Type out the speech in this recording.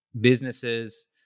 businesses